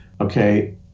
Okay